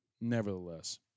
Nevertheless